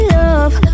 love